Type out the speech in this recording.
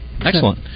Excellent